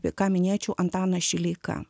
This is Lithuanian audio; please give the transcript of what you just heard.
ką minėčiau antanas šileika